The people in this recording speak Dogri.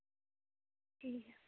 ठीक ऐ